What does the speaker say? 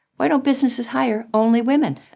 why don't businesses hire only women?